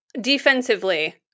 defensively